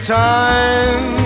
time